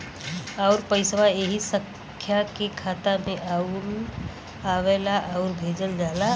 आउर पइसवा ऐही संख्या के खाता मे आवला आउर भेजल जाला